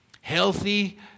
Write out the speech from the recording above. healthy